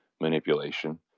manipulation